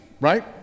right